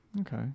Okay